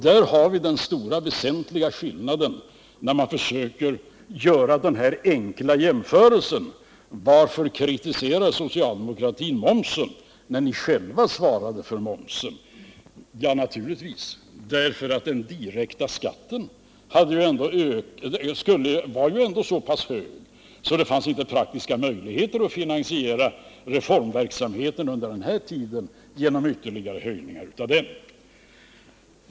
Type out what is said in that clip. Där har vi den stora väsentliga skillnaden, som det finns anledning att erinra om, när man från borgerligt håll försöker göra en jämförelse och undrar varför socialdemokraterna kritiserar momsen när vi själva införde den. Ja, vi införde naturligtvis momsen därför att den direkta skatten var så pass hög att det inte fanns praktiska möjligheter att finansiera reformverksamheten genom ytterligare höjningar av det slaget av beskattning.